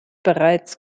bereits